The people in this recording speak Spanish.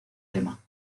tema